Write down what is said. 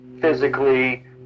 physically